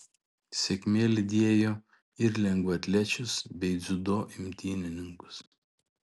sėkmė lydėjo ir lengvaatlečius bei dziudo imtynininkus